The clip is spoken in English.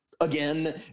again